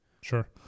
Sure